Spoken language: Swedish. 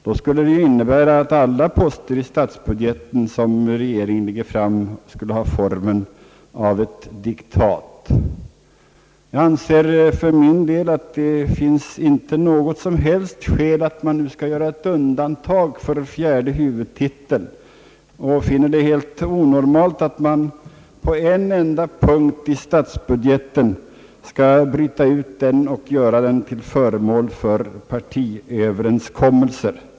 Det skulle ju innebära att alla poster i statsbudgeten som regeringen lägger fram skulle ha formen av diktat. Jag anser inte att det finns något som helst skäl att nu göra ett undantag för fjärde huvudtiteln, och jag finner det helt onormalt att man skall bryta ut en enda punkt ur statsbudgeten och göra den till föremål för partiöverenskommelser.